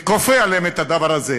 וכופה עליהם את הדבר הזה.